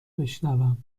بشنوم